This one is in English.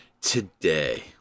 today